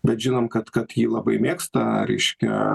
bet žinom kad kad jį labai mėgsta reiškia